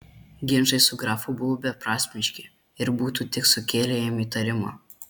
ginčai su grafu buvo beprasmiški ir būtų tik sukėlę jam įtarimą